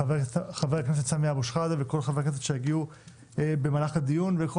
חבר הכנסת סמי אבו-שחאדה וכל חברי הכנסת שהגיעו במהלך הדיון וכל